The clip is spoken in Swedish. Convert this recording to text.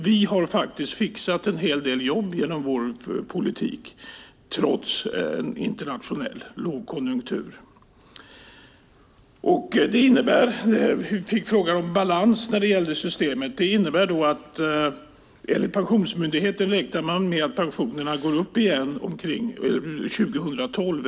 Vi har faktiskt fixat en hel del jobb genom vår politik - detta alltså trots en internationell lågkonjunktur. En fråga ställdes om balans när det gäller systemet. Enligt Pensionsmyndigheten och den senaste beräkningen går pensionerna upp igen omkring år 2012.